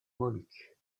moluques